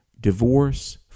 Divorce